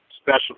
Special